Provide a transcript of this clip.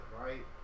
right